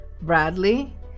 Bradley